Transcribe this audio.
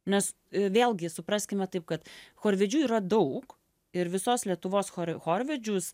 nes vėlgi supraskime taip kad chorvedžių yra daug ir visos lietuvos chor chorvedžius